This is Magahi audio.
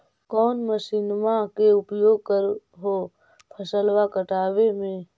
कौन मसिंनमा के उपयोग कर हो फसलबा काटबे में?